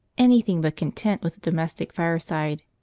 anything but content with the domestic fireside.